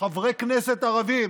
חברי כנסת ערבים